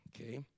okay